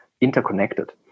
interconnected